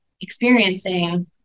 experiencing